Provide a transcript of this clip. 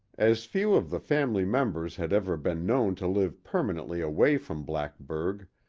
as few of the family's members had ever been known to live permanently away from blackburg,